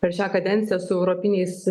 per šią kadenciją su europiniais